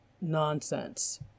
nonsense